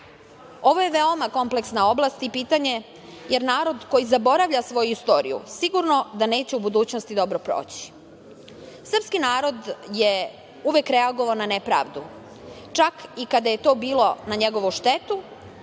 je veoma kompleksna oblast i pitanje, jer narod koji zaboravlja svoju istoriju sigurno da neće u budućnosti dobro proći. Srpski narod je uvek reagovao na nepravdu, čak i kada je to bilo na njegovu štetu